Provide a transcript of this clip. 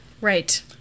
Right